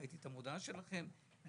ראיתי את המודעה שלכם",